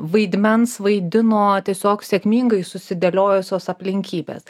vaidmens vaidino tiesiog sėkmingai susidėliojusios aplinkybės